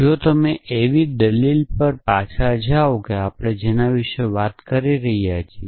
જો તમે એવી દલીલ પર પાછા જાઓ કે આપણે જેના વિશે વાત કરી રહ્યા છીએ